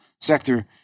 sector